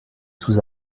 sous